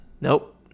Nope